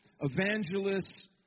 evangelists